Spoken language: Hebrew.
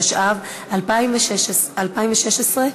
התשע"ו 2016,